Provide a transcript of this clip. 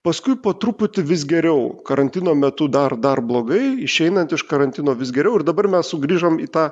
paskui po truputį vis geriau karantino metu dar dar blogai išeinant iš karantino vis geriau ir dabar mes sugrįžom į tą